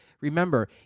remember